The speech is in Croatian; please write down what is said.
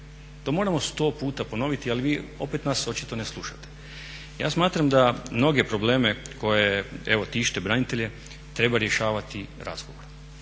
To moramo sto puta ponoviti, ali vi opet nas očito ne slušate. Ja smatram da mnoge probleme koji tište branitelje treba rješavati razgovorom.